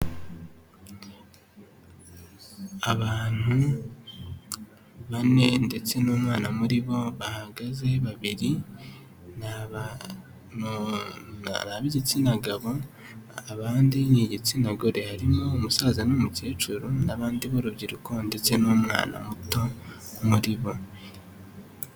Abantu bane ndetse n'umwana muri bo bagaze, babiri ni ab'igitsina gabo, abandi ni igitsina gore, harimo umusaza n'umukecuru n'abandi b'urubyiruko ndetse n'umwana muto muri bo.